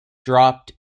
dropped